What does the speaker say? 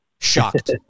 Shocked